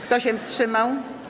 Kto się wstrzymał?